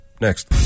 next